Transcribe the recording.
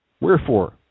Wherefore